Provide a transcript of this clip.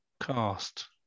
cast